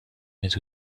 mais